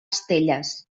estelles